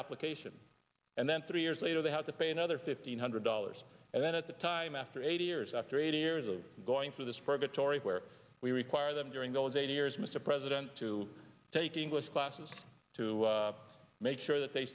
application and then three years later they have to pay another fifteen hundred dollars and then at the time after eighty years after eighty years of going through this perfect or where we require them during those eight years mr president to take english classes to make sure that they